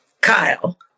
Kyle